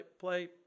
play